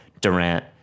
Durant